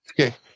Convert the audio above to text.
Okay